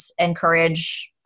encourage